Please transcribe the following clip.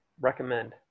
Recommend